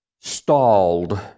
stalled